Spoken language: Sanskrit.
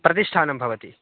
प्रतिष्ठानं भवति